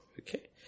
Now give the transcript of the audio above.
okay